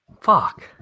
Fuck